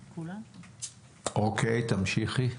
אוקיי, תמשיכי.